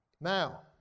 Now